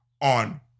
on